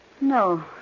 No